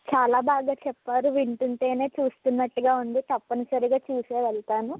చాలా బాగా చెప్పారు వింటుంటేనే చూస్తున్నట్టుగా ఉంది తప్పనిసరిగా చూసే వెళ్తాను